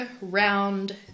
round